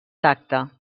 tacte